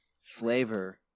flavor